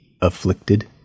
afflicted